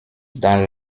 dans